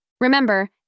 Remember